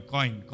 Coin